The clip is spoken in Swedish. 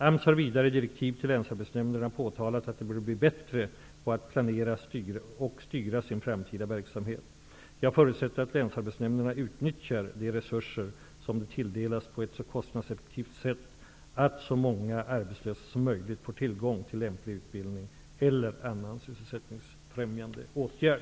AMS har vidare i direktiv till länsarbetsnämnderna påtalat att de bör bli bättre på att planera och styra sin framtida verksamhet. Jag förutsätter att länsarbetsnämnderna utnyttjar de resurser som de tilldelas på ett så kostnadseffektivt sätt att så många arbetslösa som möjligt får tillgång till lämplig utbildning eller annan sysselsättningsfrämjande åtgärd.